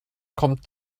kommt